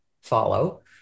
follow